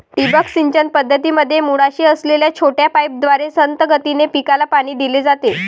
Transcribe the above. ठिबक सिंचन पद्धतीमध्ये मुळाशी असलेल्या छोट्या पाईपद्वारे संथ गतीने पिकाला पाणी दिले जाते